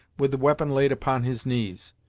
with the weapon laid upon his knees.